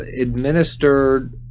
administered